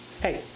hey